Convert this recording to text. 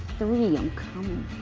three, i'm comin'.